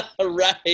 right